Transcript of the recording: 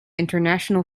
international